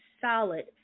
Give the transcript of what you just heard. solid